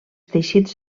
teixits